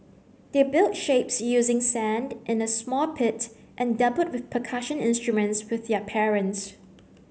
they built shapes using sand in a small pit and dabbled with percussion instruments with their parents